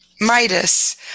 Midas